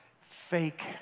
fake